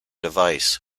device